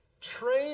train